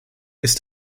ist